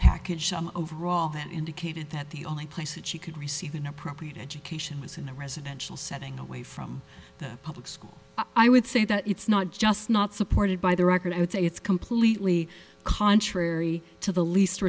package overall that indicated that the only place that she could receive an appropriate education was in a residential setting away from the public school i would say that it's not just not supported by the record i would say it's completely contrary to the least